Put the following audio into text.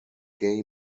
gay